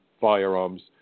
firearms